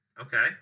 okay